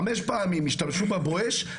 חמש פעמים השתמש ב"בואש",